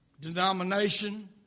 denomination